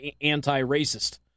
anti-racist